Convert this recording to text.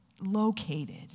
located